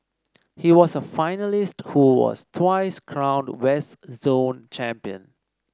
he was a finalist who was twice crowned West Zone Champion